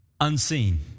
unseen